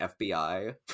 fbi